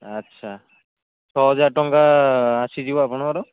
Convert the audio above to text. ଆଚ୍ଛା ଛଅ ହଜାର ଟଙ୍କା ଆସିଯିବ ଆପଣଙ୍କର